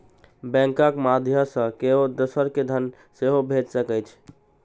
बैंकक माध्यय सं केओ दोसर कें धन सेहो भेज सकै छै